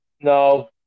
No